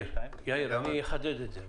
אני אחדד.